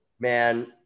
Man